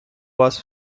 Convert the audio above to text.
вас